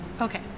Okay